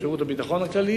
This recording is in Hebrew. ושירות הביטחון הכללי,